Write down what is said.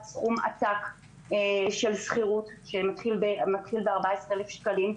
ממני סכום עתק שמתחיל ב-14 אלף שקלים.